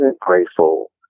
grateful